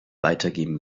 weitergeben